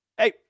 hey